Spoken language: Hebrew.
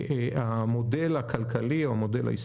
את המודל הכלכלי או המודל העסקי.